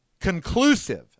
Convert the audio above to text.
conclusive